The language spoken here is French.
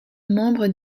membre